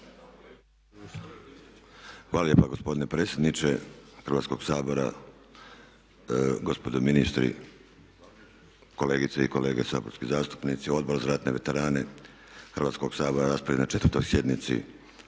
Hvala lijepa gospodine predsjedniče Hrvatskoga sabora, gospodo ministri, kolegice i kolege saborski zastupnici. Odbor za ratne veterane Hrvatskoga sabora raspravio je na 4. sjednici